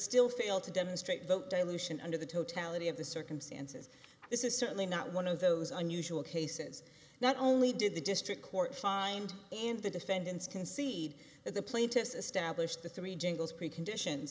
still fail to demonstrate vote dilution under the totality of the circumstances this is certainly not one of those unusual cases not only did the district court find and the defendants concede that the plaintiffs established the three jingles precondition